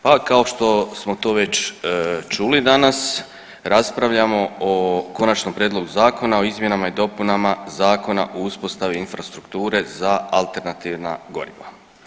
Pa kao što smo to već čuli danas raspravljamo o Konačnom prijedlogu zakona o izmjenama i dopunama Zakona o uspostavi infrastrukture za alternativna goriva.